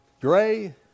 gray